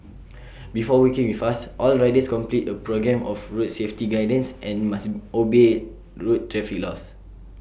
before working with us all riders complete A programme of road safety guidance and must obey road traffic laws